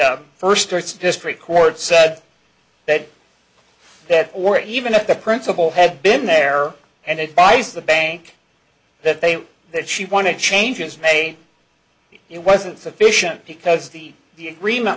the first arts district court said that that or even if the principal had been there and it buys the bank that they that she wanted changes made it wasn't sufficient because the the agreement